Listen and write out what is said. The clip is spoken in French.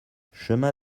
chemin